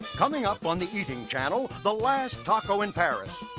coming up on the eating channel, the last taco in paris.